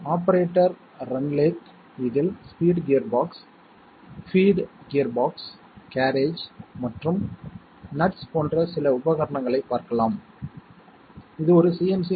அப்படியானால் நீங்கள் ஒரு காரியத்தைச் செய்யலாம் உங்கள் பொது அறிவைப் பயன்படுத்தி கண்டுபிடிக்கலாம் சரியா